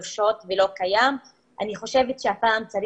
אני חושבת שההערות שאמרת הן מאוד חשובות.